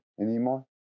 anymore